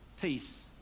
Peace